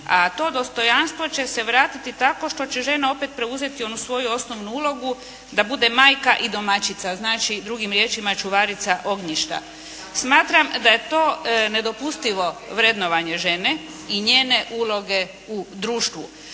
a to dostojanstvo će se vratiti tako što će žena opet preuzeti onu svoju osnovnu ulogu da bude majka i domaćica. Znači, drugim riječima čuvarica ognjišta. Smatram da je to nedopustivo vrednovanje žene i njene uloge u društvu.